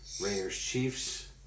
Raiders-Chiefs